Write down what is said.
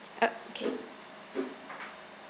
okay